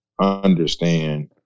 understand